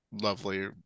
lovely